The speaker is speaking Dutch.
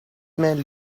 mijn